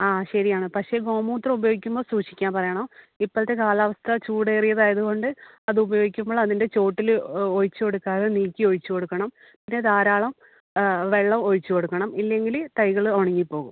ആ ശരിയാണ് പക്ഷേ ഗോമൂത്രം ഉപയോഗിക്കുമ്പോൾ സൂക്ഷിക്കാൻ പറയണം ഇപ്പഴത്തെ കാലാവസ്ഥ ചൂടേറിയതായതുകൊണ്ട് അതുപയോഗിക്കുമ്പോള് അതിൻ്റെ ചോട്ടില് ഒഴിച്ച് കൊടുക്കാതെ നീക്കി ഒഴിച്ച് കൊടുക്കണം പിന്നെ ധാരാളം വെള്ളം ഒഴിച്ച് കൊടുക്കണം ഇല്ലെങ്കില് തൈകള് ഉണങ്ങി പോകും